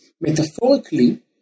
metaphorically